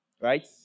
right